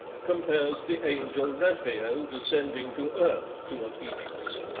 compares the angel raphael descending to earth to a phoenix.